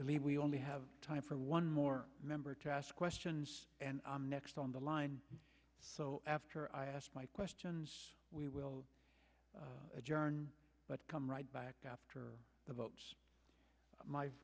believe we only have time for one more member to ask questions and i'm next on the line so after i ask my questions we will adjourn but come right back after the votes my